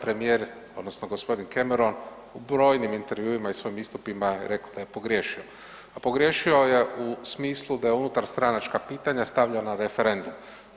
Premijer odnosno g. Cameron u brojnim intervjuima i u svojim istupima je rekao da je pogriješio, a pogriješio je u smislu da je unutarstranačka pitanja stavljao na referendum.